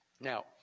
Now